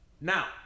now